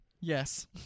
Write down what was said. Yes